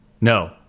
No